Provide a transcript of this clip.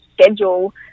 schedule